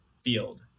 field